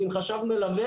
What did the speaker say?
עם חשב מלווה,